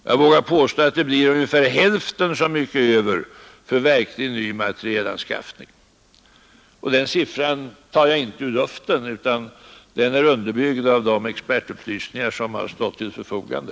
Jag vågar påstå att det blir ungefär hälften så mycket över för verklig nyanskaffning av materiel. Den siffran tar jag inte ur luften utan den är underbyggd av de expertupplysningar som har stått till förfogande.